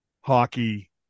hockey